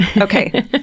Okay